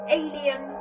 alien